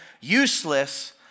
useless